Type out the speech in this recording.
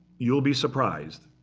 you'll be surprised.